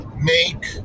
make